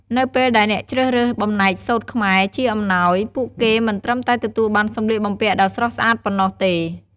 នៅពេលដែលអ្នកជ្រើសរើសបំណែកសូត្រខ្មែរជាអំណោយ ពួកគេមិនត្រឹមតែទទួលបានសម្លៀកបំពាក់ដ៏ស្រស់ស្អាតប៉ុណ្ណោះទេ ។